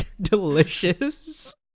Delicious